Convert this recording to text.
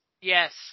Yes